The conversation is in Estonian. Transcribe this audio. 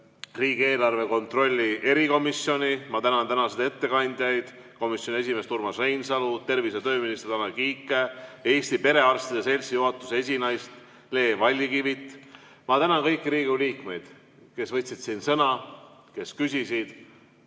riigieelarve kontrolli erikomisjoni, ma tänan tänaseid ettekandjaid, komisjoni esimeest Urmas Reinsalu, tervise‑ ja tööminister Tanel Kiike ja Eesti Perearstide Seltsi juhatuse esinaist Le Vallikivi. Ma tänan kõiki Riigikogu liikmeid, kes võtsid siin sõna, kes küsisid